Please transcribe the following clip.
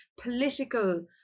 political